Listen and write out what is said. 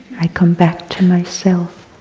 i come back to myself.